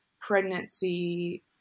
pregnancy